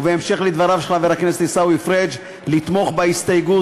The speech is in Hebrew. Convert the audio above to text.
ובהמשך לדבריו של חבר הכנסת עיסאווי פריג' לתמוך בהסתייגות